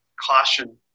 caution